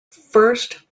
first